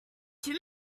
too